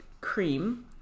cream